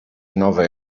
nove